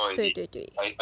对对对